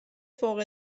فوق